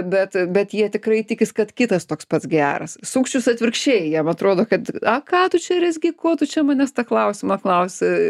bet bet jie tikrai tikis kad kitas toks pats geras sukčius atvirkščiai jam atrodo kad a ką tu čia rezgi ko tu čia manęs tą klausimą klausi